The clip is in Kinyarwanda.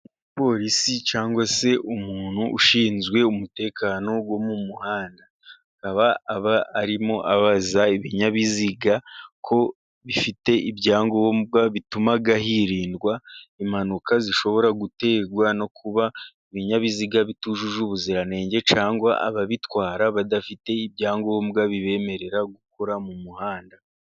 Umupolisi cyangwag se umuntu ushinzwe umutekano wo mu muhanda, aba aba arimo abaza ibinyabiziga ko bifite ibyangombwa bituma hirindwa impanuka zishobora gutegwa no kuba ibinyabiziga bitujuje ubuziranenge, cyangwa se ababitwara badafite ibyangombwa bibemerera gukora mu muhanda.